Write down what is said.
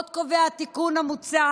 עוד קובע התיקון המוצע